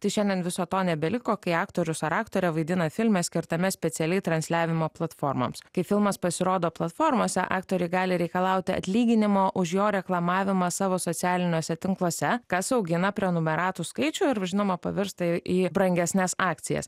tai šiandien viso to nebeliko kai aktorius ar aktorė vaidina filme skirtame specialiai transliavimo platformoms kai filmas pasirodo platformose aktoriai gali reikalaut atlyginimo už jo reklamavimą savo socialiniuose tinkluose kas augina prenumeratų skaičių ir žinoma pavirsta į brangesnes akcijas